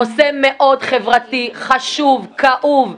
זה נושא מאוד חברתי, חשוב וכאוב.